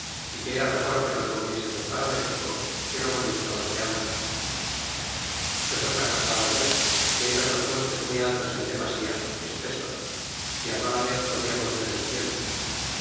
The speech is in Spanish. y que era mejor que nos volviesemos para méxico que no morir todos de hambre pues otra cosa habia que eran los montes muy altos en demasía y espesos y mala vez podiamos ver el cielo